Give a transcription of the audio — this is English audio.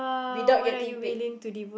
without getting paid